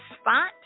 spot